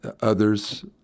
others